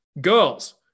girls